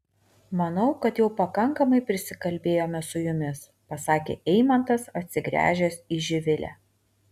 manau kad jau pakankamai prisikalbėjome su jumis pasakė eimantas atsigręžęs į živilę